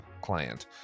client